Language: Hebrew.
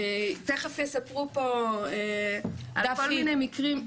ותכף יספרו פה על כל מיני מקרים,